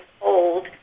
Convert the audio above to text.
old